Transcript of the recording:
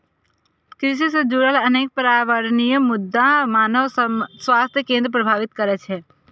कृषि सं जुड़ल अनेक पर्यावरणीय मुद्दा मानव स्वास्थ्य कें प्रभावित करै छै